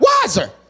wiser